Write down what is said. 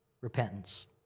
repentance